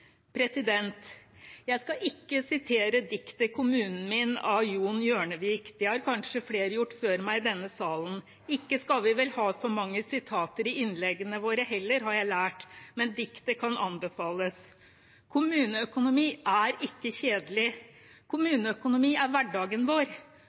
Jeg skal ikke sitere diktet «Eg tenkjer på kommunen min» av Jon Hjørnevik, det har kanskje flere gjort før meg i denne salen. Ikke skal vi ha for mange sitater i innleggene våre heller, har jeg lært, men diktet kan anbefales. Kommuneøkonomi er ikke kjedelig,